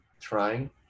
trying